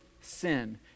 sin